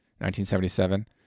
1977